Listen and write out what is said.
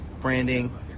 branding